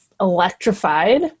electrified